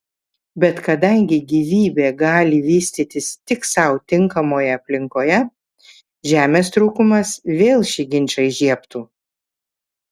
bet kadangi gyvybė gali vystytis tik sau tinkamoje aplinkoje žemės trūkumas vėl šį ginčą įžiebtų